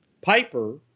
Piper